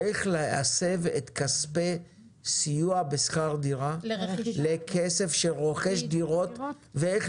איך להסב את כספי הסיוע בשכר דירה לכסף שרוכש דירות ואיך